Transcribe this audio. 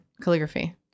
calligraphy